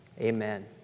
Amen